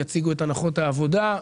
יציגו את הנחות העבודה,